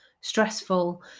stressful